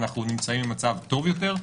אנו במצב טוב יותר,